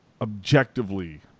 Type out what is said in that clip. objectively